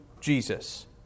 Jesus